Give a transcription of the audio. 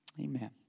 Amen